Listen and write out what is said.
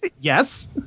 Yes